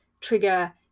trigger